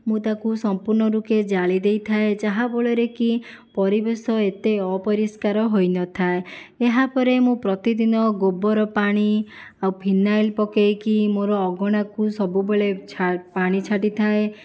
ମୁଁ ତାକୁ ସମ୍ପୂର୍ଣ୍ଣ ରୂପେ ଜାଳି ଦେଇଥାଏ ଯାହା ଫଳରେ କି ପରିବେଶ ଏତେ ଅପରିଷ୍କାର ହୋଇନଥାଏ ଏହା ପରେ ମୁଁ ପ୍ରତିଦିନ ଗୋବର ପାଣି ଆଉ ଫିନାଇଲ୍ ପକାଇକି ମୋର ଅଗଣାକୁ ସବୁବେଳେ ପାଣି ଛାଟିଥାଏ